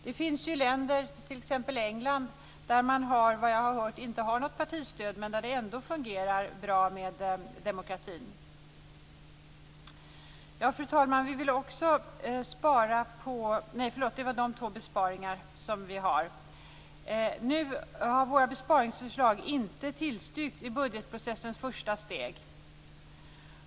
Det finns ju länder, t.ex. England där man, vad jag har hört, inte har något partistöd med där det ändå fungerar bra med demokratin. Fru talman! Våra besparingsförslag har inte tillstyrkts i budgetprocessens första steg.